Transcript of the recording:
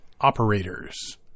operators